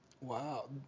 Wow